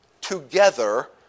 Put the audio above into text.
together